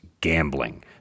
gambling